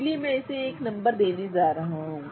इसलिए मैं इसे 1 नंबर देने जा रहा हूं